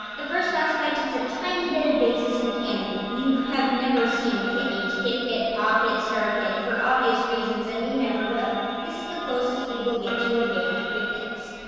the first aspect is a tiny bit of basis in canon we have never seen a kit named kitkit, pawkit, starkit for obvious reasons and we never will. this is the closest we will get to a banned prefix.